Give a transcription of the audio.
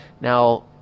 Now